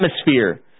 atmosphere